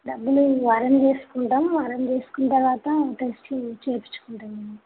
డబ్బులు ఈ వారం చేసుకుంటాం వారం చేసుకున్న తర్వాత టెస్టులు చేపించుకుంటాను మేడం